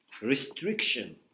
restriction